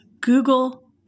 Google